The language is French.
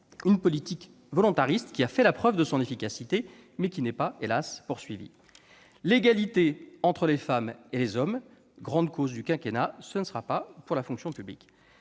Une politique volontariste qui a fait la preuve de son efficacité, mais qui n'est, hélas, pas poursuivie. L'égalité entre les femmes et les hommes, grande cause du quinquennat, ce ne sera pas pour la fonction publique.